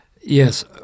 Yes